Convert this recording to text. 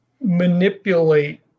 manipulate